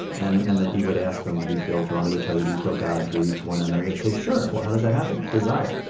and and that you would ask them, do you feel drawn to each other? do you feel god drew you to one another? they'd say, sure. well, how does that happen? desire.